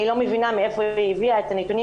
אני לא מבינה מאיפה היא הביאה את הנתונים